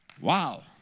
Wow